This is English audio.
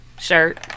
Shirt